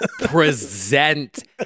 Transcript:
present